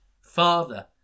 Father